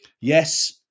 Yes